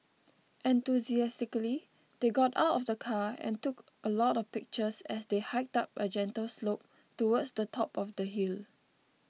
enthusiastically they got out of the car and took a lot of pictures as they hiked up a gentle slope towards the top of the hill